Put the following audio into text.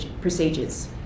procedures